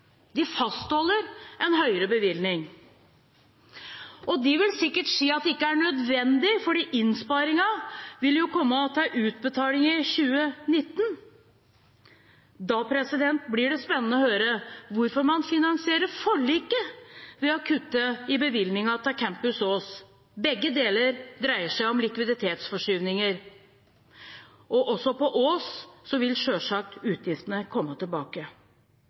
De fastholder en høyere bevilgning. De vil sikkert si at det ikke er nødvendig, for innsparingen vil jo komme til utbetaling i 2019. Da blir det spennende å høre hvorfor man finansierer forliket ved å kutte i bevilgningen til Campus Ås. Begge deler dreier seg om likviditetsforskyvninger. Også på Ås vil selvsagt utgiftene komme tilbake.